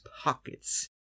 pockets